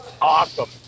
Awesome